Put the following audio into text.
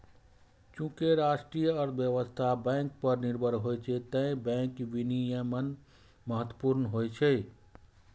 चूंकि राष्ट्रीय अर्थव्यवस्था बैंक पर निर्भर होइ छै, तें बैंक विनियमन महत्वपूर्ण होइ छै